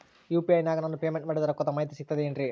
UPI ನಾಗ ನಾನು payment ಮಾಡಿದ ರೊಕ್ಕದ ಮಾಹಿತಿ ಸಿಕ್ತದೆ ಏನ್ರಿ?